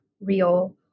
real